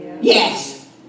Yes